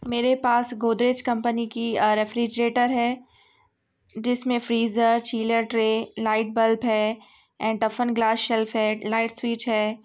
میرے پاس گودریج کمپنی کی آر ریفریجریٹر ہے جس میں freezer chiller tray light bulb ہے اینڈ ٹفن گلاس شلف ہے لائٹ سوئچ ہے